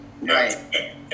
right